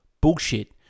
Bullshit